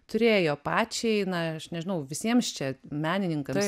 turėjo pačiai na aš nežinau visiems čia menininkams